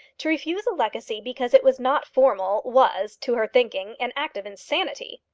to refuse a legacy because it was not formal was, to her thinking, an act of insanity.